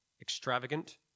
extravagant